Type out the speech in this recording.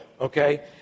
Okay